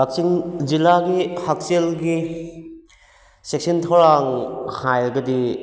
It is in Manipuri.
ꯀꯛꯆꯤꯡ ꯖꯤꯂꯥꯒꯤ ꯍꯛꯁꯦꯜꯒꯤ ꯆꯦꯛꯁꯤꯟ ꯊꯧꯔꯥꯡ ꯍꯥꯏꯔꯒꯗꯤ